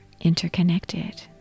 interconnected